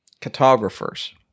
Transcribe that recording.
Cartographers